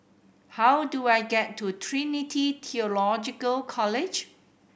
how do I get to Trinity Theological College